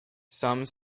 some